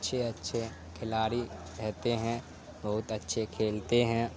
اچھے اچھے کھلاڑی رہتے ہیں بہت اچھے کھیلتے ہیں